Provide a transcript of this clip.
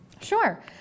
Sure